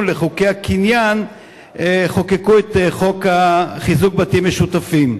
לחוקי הקניין חוקקו את חוק חיזוק בתים משותפים.